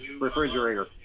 refrigerator